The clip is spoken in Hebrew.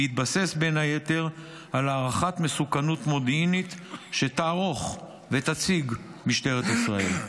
בין היתר בהתבסס על הערכת מסוכנות מודיעינית שתערוך ותציג משטרת ישראל.